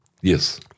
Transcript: Yes